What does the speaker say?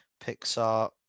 Pixar